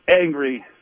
angry